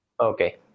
Okay